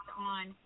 on